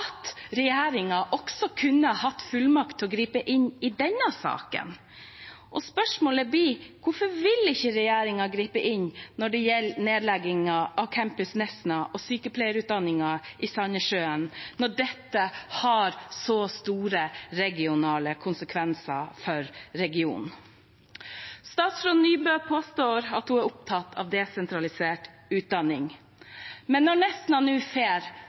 også kunne hatt fullmakt til å gripe inn i denne saken. Spørsmålet blir: Hvorfor vil ikke regjeringen gripe inn når det gjelder nedleggingen av campus Nesna og sykepleierutdanningen i Sandnessjøen, når dette har så store konsekvenser for regionen? Statsråd Nybø påstår at hun er opptatt av desentralisert utdanning. Men når Nesna nå